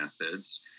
methods